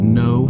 no